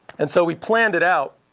and so we planned it out.